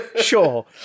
sure